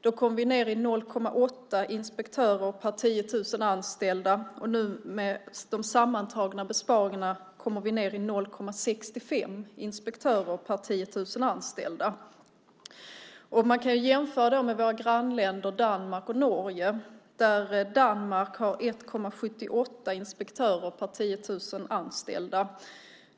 Då kom vi ned i 0,8 inspektörer per 10 000 anställda. Med de sammantagna besparingarna kommer vi nu ned i 0,65 inspektörer per 10 000 anställda. Man kan jämföra med våra grannländer Danmark och Norge. Danmark har 1,78 inspektörer per 10 000 anställda.